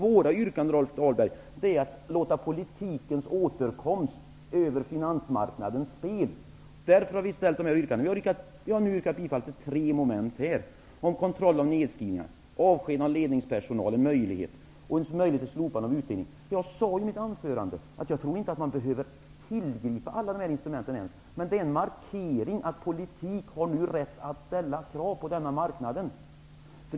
Våra yrkanden, Rolf Dahlberg, innebär att man låter politikerna ta ett grepp om finansmarknadens spel. Det är anledningen till att vi har ställt dessa yrkanden. Vi har nu yrkat bifall till tre moment, nämligen om kontroll av nedskrivningar, möjlighet till avskedande av ledningspersonal och slopande av utdelning. Jag sade i mitt anförande att jag inte tror att man ens behöver tillgripa alla dessa instrument, men att det markerar att politiken har rätt att ställa krav på denna marknad.